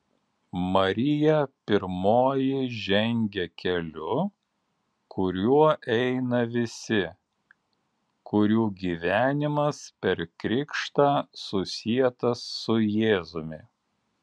marija pirmoji žengia keliu kuriuo eina visi kurių gyvenimas per krikštą susietas su jėzumi